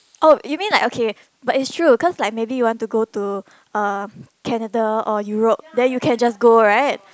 oh you mean like okay but it's true cause like maybe you want to go to uh Canada or Europe then you can just go right